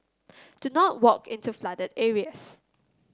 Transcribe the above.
do not walk into flooded areas